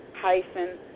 hyphen